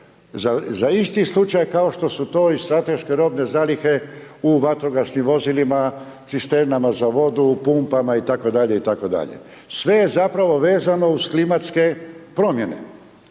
za isti slučaj kao što su to i strateške robne zalihe u vatrogasnim vozilima, cisternama za vodu, pumpama itd., itd. Sve je zapravo vezano uz klimatske promjene,